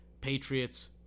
Patriots